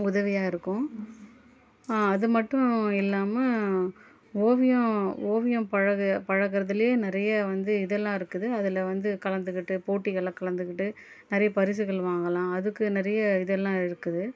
உதவியாக இருக்கும் அது மட்டும் இல்லாமல் ஓவியம் ஓவியம் பழக பழகறதுலேயே நிறைய வந்து இதெல்லாம் இருக்குது அதில் வந்து கலந்துக்கிட்டு போட்டிகளில் கலந்துக்கிட்டு நிறைய பரிசுகள் வாங்கலாம் அதுக்கு நிறைய இதெல்லாம் இருக்குது